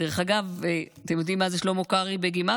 דרך אגב, אתם יודעים מה זה שלמה קרעי בגימטרייה?